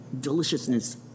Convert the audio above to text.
deliciousness